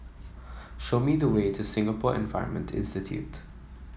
show me the way to Singapore Environment Institute